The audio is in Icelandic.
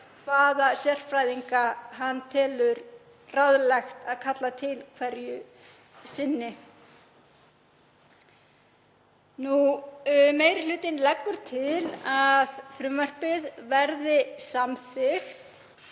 hvaða sérfræðinga hann telur ráðlagt að kalla til hverju sinni. Meiri hlutinn leggur til að frumvarpið verði samþykkt